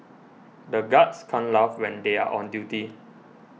the guards can't laugh when they are on duty